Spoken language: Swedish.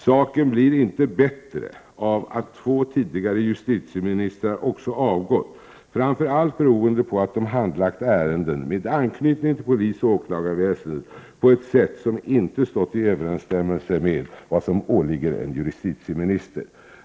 Saken blir inte bättre av att två tidigare justitieministrar också avgått, framför allt beroende på att de handlagt ärenden med anknytning till polisoch åklagarväsendet på ett sätt som inte stått i överensstämmelse med vad som åligger en justitieminister.